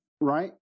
right